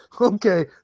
Okay